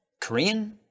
Korean